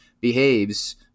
behaves